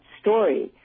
story